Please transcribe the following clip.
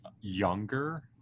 younger